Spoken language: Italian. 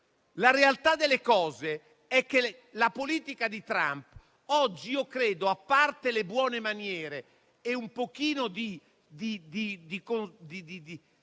la realtà delle cose è che la politica di Trump oggi - a parte le buone maniere e una capacità di